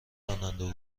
راننده